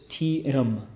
TM